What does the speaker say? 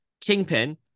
Kingpin